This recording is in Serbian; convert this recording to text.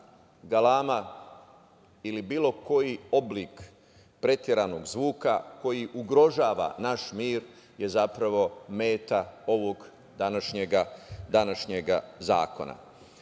galama ili bilo koji oblik preteranog zvuka koji ugrožava naš mir je zapravo meta ovog današnjeg zakona. Pre